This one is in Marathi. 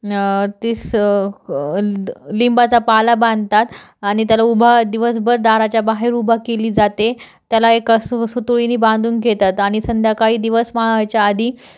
तीस लिंबाचा पाला बांधतात आणि त्याला उभा दिवसभर दाराच्या बाहेर उभा केली जाते त्याला एक सु सुतळीनी बांधून घेतात आणि संध्याकाळी दिवस मावळायच्या आधी